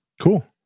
Cool